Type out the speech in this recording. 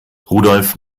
rudolf